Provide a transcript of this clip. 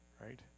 right